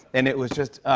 and it was just